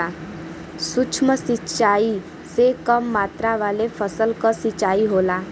सूक्ष्म सिंचाई से कम मात्रा वाले फसल क सिंचाई होला